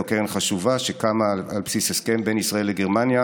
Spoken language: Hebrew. זו קרן חשובה שקמה על בסיס הסכם בין ישראל לגרמניה.